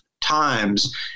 times